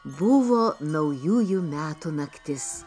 buvo naujųjų metų naktis